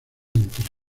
entre